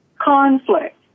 conflict